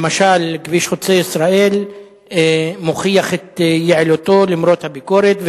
למשל כביש חוצה-ישראל מוכיח את יעילותו למרות הביקורת,